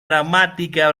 dramática